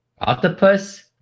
Octopus